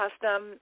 custom